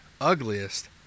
ugliest